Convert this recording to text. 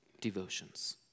devotions